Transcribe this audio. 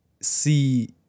see